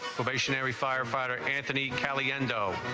probationary firefighter and and